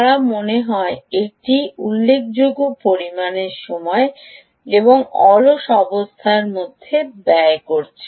তারা মনে হয় একটি উল্লেখযোগ্য পরিমাণ সময় এবং অলস অবস্থায় ব্যয় করছে